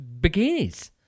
bikinis